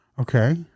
okay